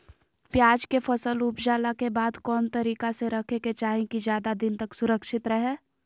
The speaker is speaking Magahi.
प्याज के फसल ऊपजला के बाद कौन तरीका से रखे के चाही की ज्यादा दिन तक सुरक्षित रहय?